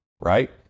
Right